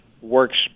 works